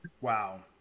Wow